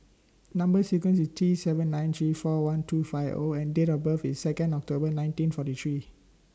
Number sequence IS T seven nine three four one two five O and Date of birth IS Second October nineteen forty three